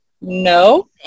no